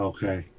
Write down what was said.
Okay